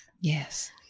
Yes